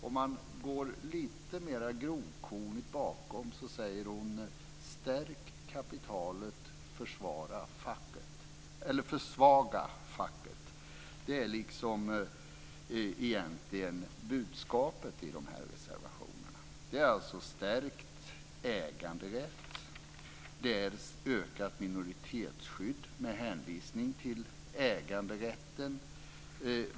Om man går lite mer grovkornigt bakom säger hon: Stärk kapitalet, försvaga facket. Det är egentligen budskapet i reservationerna. Det är stärkt äganderätt och ökat minoritetsskydd med hänvisning till äganderätten.